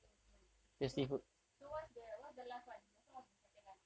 true true so so what's the what's the last one just now was the second one